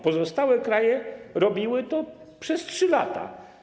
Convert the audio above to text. Pozostałe kraje robiły to przez 3 lata.